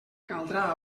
caldrà